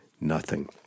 nothing